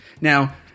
Now